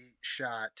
shot